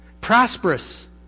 prosperous